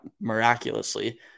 miraculously